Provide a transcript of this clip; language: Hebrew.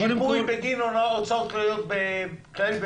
שיפוי בגין הוצאות כלליות בכללית.